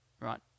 right